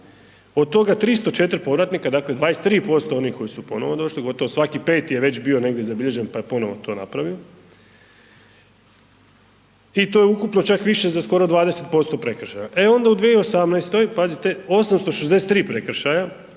od toga 304 povratnika, dakle 23% onih koji su ponovo došli, gotovo svaki peti je već bio negdje zabilježen, pa je ponovo to napravio i to je ukupno čak više za skoro 20% prekršaja, e onda u 2018., pazite, 863 prekršaja